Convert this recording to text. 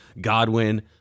Godwin